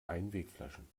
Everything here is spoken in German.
einwegflaschen